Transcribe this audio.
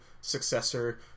successor